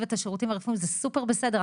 את השירותים הרפואיים" וזה סופר בסדר.